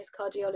cardiologist